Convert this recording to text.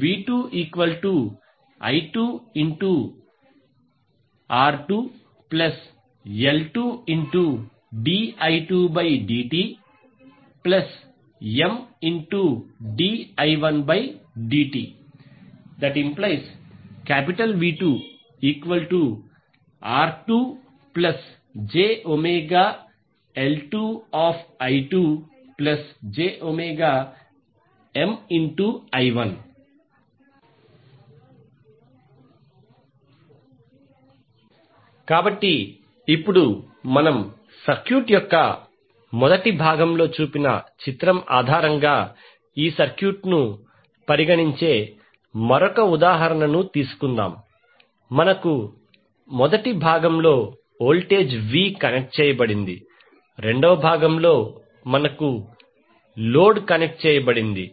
v2i2R2L2di2dtMdi1dtV2R2jωL2I2jωMI1 కాబట్టి ఇప్పుడు మనం సర్క్యూట్ యొక్క మొదటి భాగంలో చూపిన చిత్రం ఆధారంగా ఈ సర్క్యూట్ ను పరిగణించే మరొక ఉదాహరణను తీసుకుందాం మనకు మొదటి భాగం లో వోల్టేజ్ V కనెక్ట్ చేయబడింది రెండవ భాగంలో మనకు లోడ్ కనెక్ట్ చేయబడింది